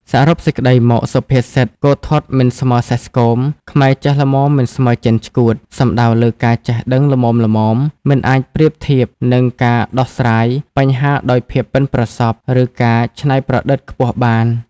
សរុបសេចក្ដីមក សុភាសិត "គោធាត់មិនស្មើសេះស្គម ខ្មែរចេះល្មមមិនស្មើចិនឆ្កួត" សំដៅលើការចេះដឹងល្មមៗ មិនអាចប្រៀបធៀបនឹងការដោះស្រាយបញ្ហាដោយភាពប៉ិនប្រសប់ ឬការច្នៃប្រឌិតខ្ពស់បាន។